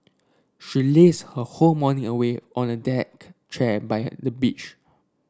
she lazed her whole morning away on a deck chair by the beach